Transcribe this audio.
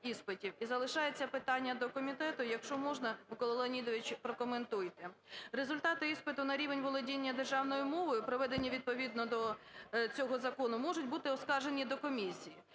і залишається питання до комітету, якщо можна, Миколо Леонідовичу, прокоментуйте. Результати іспиту на рівень володіння державною мовою, проведені відповідно до цього закону, можуть бути оскаржені до комісії.